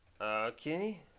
Okay